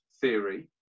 theory